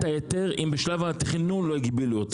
ההיתר אם בשלב התכנון לא הגבילו אותו.